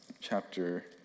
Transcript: chapter